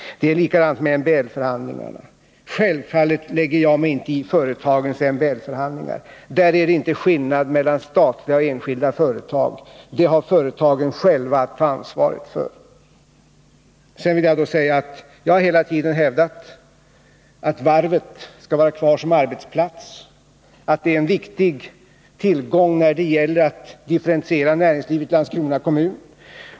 Det är likadant med MBL-förhandlingarna. Självfallet lägger jag mig inte i företagens MBL-förhandlingar. Där är det inte skillnad mellan statliga och enskilda företag. Detta har företagen själva att ta ansvaret för. Jag har hela tiden hävdat att varvet skall vara kvar som arbetsplats, att det är en viktig tillgång när det gäller att differentiera näringslivet i Landskrona kommun.